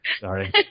Sorry